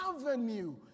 avenue